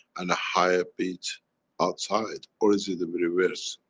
and the higher beat outside or is it in reverse?